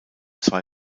zwei